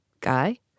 guy